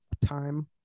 time